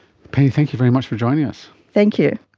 penny, thank you very much for joining us. thank you.